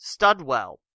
Studwell